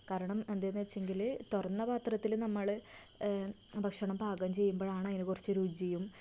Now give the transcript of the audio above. കാരണം എന്തെന്ന് വെച്ചെങ്കില് തുറന്ന പാത്രത്തില് നമ്മള് ഭക്ഷണം പാകം ചെയ്യുമ്പോഴാണ് അതിന് കുറച്ച് രുചിയും